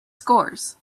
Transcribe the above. scores